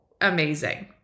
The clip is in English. amazing